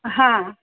हां